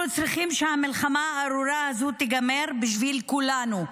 אנחנו צריכים שהמלחמה הארורה הזו תיגמר בשביל כולנו,